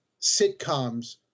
sitcoms